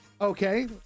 Okay